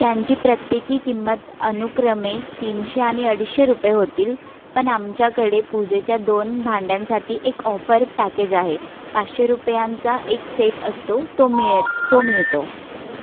त्यांची प्रत्येकी किंमत अनुक्रमे तीनशे आणि अडीचशे रुपये होतील पण आमच्याकडे पूजेच्या दोन भांड्यांसाठी एक ऑफर पॅकेज आहे पाचशे रुपयांचा एक सेट असतो तो मिळत तो मिळतो